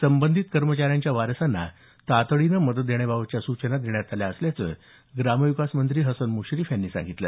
संबंधित कर्मचाऱ्यांच्या वारसांना तातडीने मदत देण्याबाबत सूचना देण्यात आल्या असल्याचं ग्रामविकास मंत्री हसन मुश्रीफ यांनी सांगितलं